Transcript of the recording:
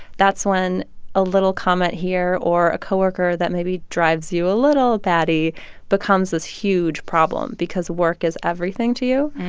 that's when a little comment here or a coworker that maybe drives you a little batty becomes this huge problem because work is everything to you.